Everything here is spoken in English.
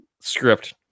script